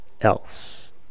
else